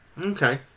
Okay